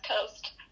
Coast